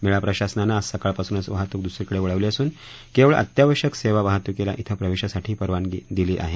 मेळा प्रशासनानं आज सकाळपासूनच वाहतूक दुसरीकडे वळवली असून केवळ अत्यावश्यक सेवा वाहतूकीला धिं प्रवेशासाठी परवानगी दिली आहे